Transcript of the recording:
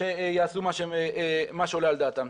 שיעשו מה שעולה על דעתם.